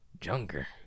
Junker